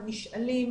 הם נשאלים,